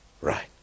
right